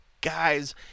guys